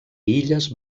illes